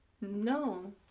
no